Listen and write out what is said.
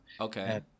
okay